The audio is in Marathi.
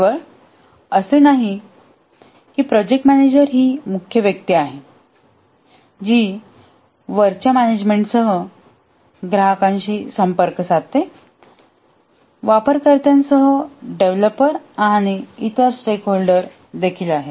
केवळ असे नाही की प्रोजेक्ट मॅनेजर ही मुख्य व्यक्ती आहे जी वरच्या मॅनेजमेंटसह ग्राहकांशी संपर्क साधतेवापरकर्त्यांसह डेव्हलपर आणि इतर स्टेकहोल्डर देखील आहेत